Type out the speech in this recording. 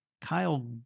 Kyle